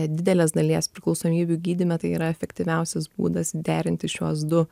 didelės dalies priklausomybių gydyme tai yra efektyviausias būdas derinti šiuos du